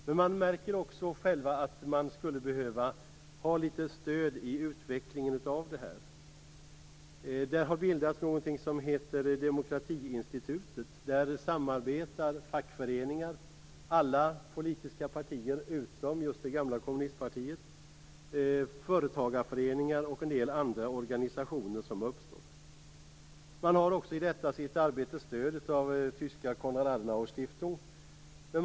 Men man märker också själv att man skulle behöva litet stöd i utvecklingen av detta. Det har bildats någonting som kallas Demokratiinstitutet. Där samarbetar fackföreningar, alla politiska partier utom just det gamla kommunistpartiet, företagarföreningar och en del andra organisationer som har uppstått. Man har i detta sitt arbete stöd av tyska Konrad Adenauer Stiftung.